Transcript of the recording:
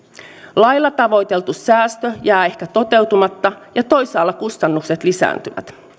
lailla tavoiteltu säästö jää ehkä toteutumatta ja toisaalla kustannukset lisääntyvät